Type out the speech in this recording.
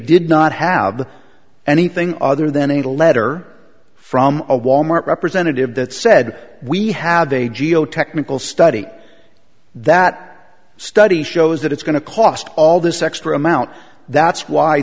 did not have anything other than a letter from a wal mart representative that said we have a geotechnical study that study shows that it's going to cost all this extra amount that's why